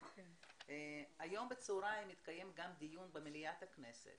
היום בצוהריים יתקיים דיון במליאת הכנסת